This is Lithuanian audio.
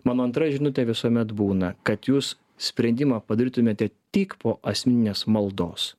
mano antra žinutė visuomet būna kad jūs sprendimą padarytumėte tik po asmeninės maldos